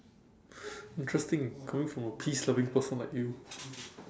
interesting coming from a peace loving person like you